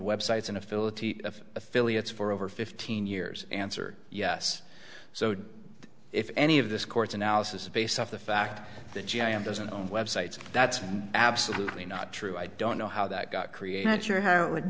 websites and a philip of affiliates for over fifteen years answered yes so if any of this court's analysis based off the fact that g m doesn't own websites that's absolutely not true i don't know how that got created sure how it would